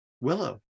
Willow